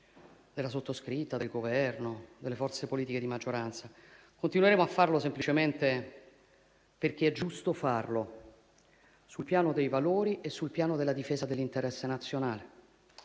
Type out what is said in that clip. della sottoscritta, del Governo, delle forze politiche di maggioranza. Continueremo a farlo semplicemente perché è giusto farlo sul piano dei valori e su quello della difesa dell'interesse nazionale.